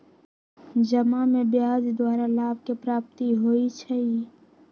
जमा में ब्याज द्वारा लाभ के प्राप्ति होइ छइ